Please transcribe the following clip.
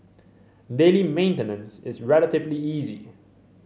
daily maintenance is relatively easy